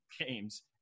games